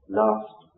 last